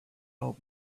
old